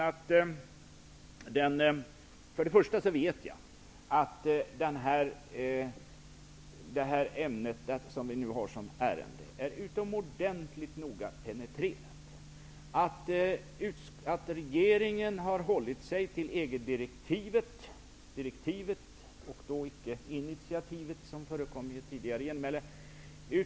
Jag konstaterar att det ämne vi nu behandlar är utomordentligt noga penetrerat. Regeringen har hållit sig till EG-direktivet -- och icke initiativet, vilket anmärktes i ett tidigare genmäle.